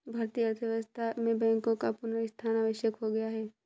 भारतीय अर्थव्यवस्था में बैंकों का पुनरुत्थान आवश्यक हो गया है